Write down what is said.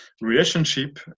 relationship